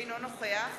אינו נוכח